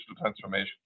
transformation